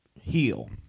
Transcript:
Heal